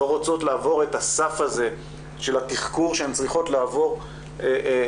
לא רוצות לעבור את הסף הזה של התחקור שהן צריכות לעבור במשטרה,